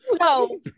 No